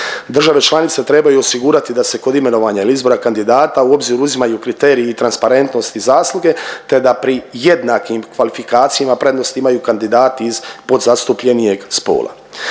Države članice trebaju osigurati da se kod imenovanja ili izbora kandidata u obzir uzimaju kriteriji i transparentnost i zasluge, te da pri jednakim kvalifikacijama prednost imaju kandidati iz podzastupljenijeg spola.